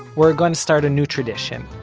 we're going to start a new tradition.